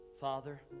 Father